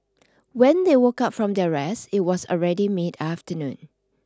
when they woke up from their rest it was already mid afternoon